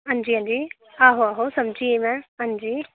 अंजी अंजी आहो आहो समझी में अंजी